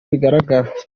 bigaragara